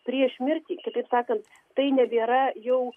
prieš mirtį kitaip sakant tai nebėra jau